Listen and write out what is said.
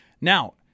Now